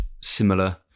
similar